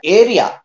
area